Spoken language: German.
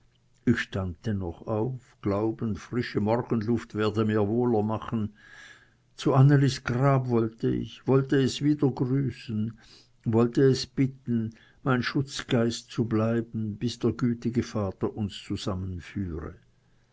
ich stund dennoch auf glaubend frische morgenluft werde mir wohler machen zu annelis grab wollte ich wollte es wieder grüßen wollte es bitten mein schutzgeist zu bleiben bis der gütige vater uns zusammenführe